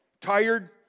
tired